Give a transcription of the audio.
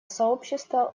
сообщество